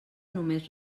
només